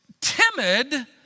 timid